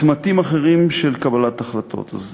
צמתים אחרים של קבלת החלטות: אז